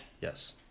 Yes